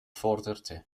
forderte